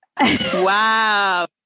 wow